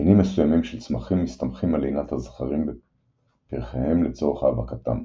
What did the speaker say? מינים מסוימים של צמחים מסתמכים על לינת הזכרים בפרחיהם לצורך האבקתם,